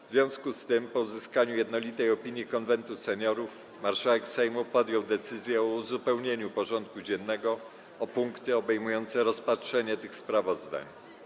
W związku z tym, po uzyskaniu jednolitej opinii Konwentu Seniorów, marszałek Sejmu podjął decyzję o uzupełnieniu porządku dziennego o punkty obejmujące rozpatrzenie tych sprawozdań.